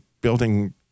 building